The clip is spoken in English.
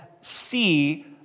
see